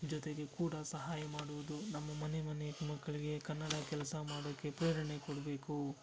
ಜೊತೆಗೆ ಕೂಡ ಸಹಾಯ ಮಾಡುವುದು ನಮ್ಮ ಮನೆ ಮನೆ ಮಕ್ಕಳಿಗೆ ಕನ್ನಡ ಕೆಲಸ ಮಾಡೋಕ್ಕೆ ಪ್ರೇರಣೆ ಕೊಡ್ಬೇಕು